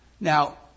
Now